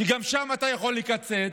שגם שם אתה יכול לקצץ,